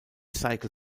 cycle